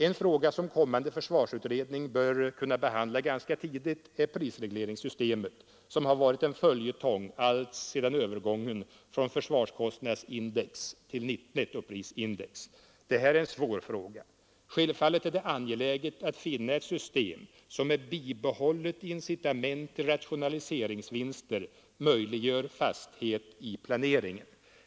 En fråga som kommande försvarsutredning bör kunna behandla ganska tidigt är prisregleringssystemet, som har varit en följetong alltsedan övergången från försvarskostnadsindex till nettoprisindex. Det är en svår fråga. Självfallet är det angeläget att finna ett system som med bibehållet incitament till rationaliseringsvinster möjliggör fasthet i planeringen.